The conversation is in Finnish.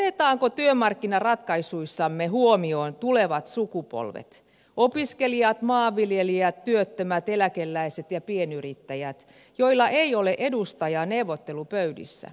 otetaanko työmarkkinaratkaisuissamme huomioon tulevat sukupolvet opiskelijat maanviljelijät työttömät eläkeläiset ja pienyrittäjät joilla ei ole edustajaa neuvottelupöydissä